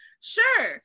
sure